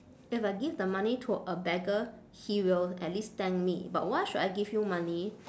if I give the money to a beggar he will at least thank me but why should I give you money